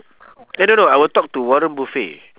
eh no no I will talk to warren buffett